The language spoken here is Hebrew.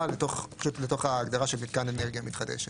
לתוך ההגדרה של מתקן אנרגיה מתחדשת.